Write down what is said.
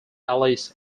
alice